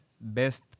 best